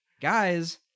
Guys